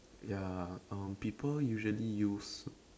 ya uh people usually use